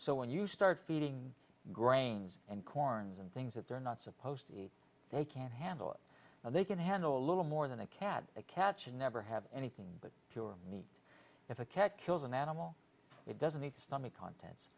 so when you start feeding grains and corns and things that they're not supposed to eat they can't handle it and they can handle a little more than a cat a catch and never have anything but your meat if a cat kills an animal it doesn't eat the stomach contents